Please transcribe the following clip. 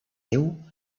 déu